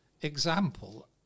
example